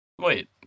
Wait